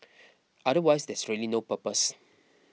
otherwise there's really no purpose